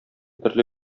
төрле